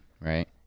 right